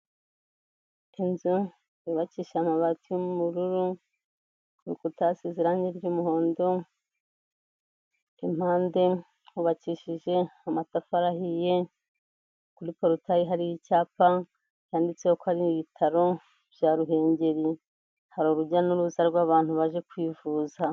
Inzu yubakisha amabati y'umururu, ku rukuta hasize irangi ry'umuhondo, impande hubakishije amatafari ahiye, kuri porutayi hari icyapa handitseho ko ari ibitaro bya Ruhengeri, hari urujya n'uruza rw'abantu baje kwivuza.